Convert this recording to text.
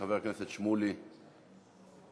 חבר הכנסת שמולי, בבקשה.